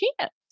chance